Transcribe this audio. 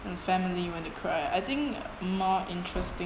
and family when they cry I think more interestingly